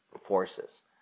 forces